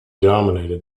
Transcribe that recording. dominated